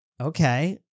Okay